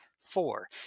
four